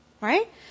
Right